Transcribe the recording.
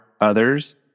others